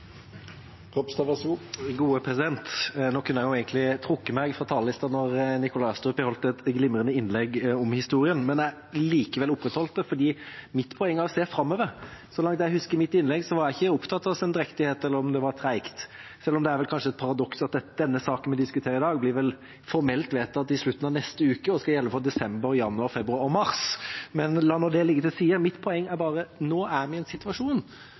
nå når Nikolai Astrup har holdt et glimrende innlegg om historien, men jeg har likevel opprettholdt det, for mitt poeng er å se framover. Så langt jeg husker, var jeg i mitt innlegg ikke opptatt av sendrektighet eller om det var tregt, selv om det kanskje er et paradoks at denne saken vi diskuterer i dag, vel blir formelt vedtatt i slutten av neste uke og skal gjelde for desember, januar, februar og mars. Men la nå det ligge. Mitt poeng er bare at nå er vi i en situasjon